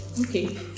okay